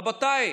רבותיי,